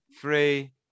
Three